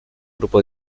grupo